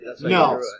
No